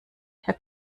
herr